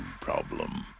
problem